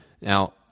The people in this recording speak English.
Now